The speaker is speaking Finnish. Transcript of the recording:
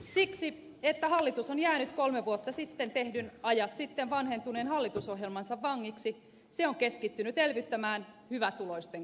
siksi että hallitus on jäänyt kolme vuotta sitten tehdyn ajat sitten vanhentuneen hallitusohjelmansa vangiksi se on keskittynyt elvyttämään hyvätuloisten kukkaroita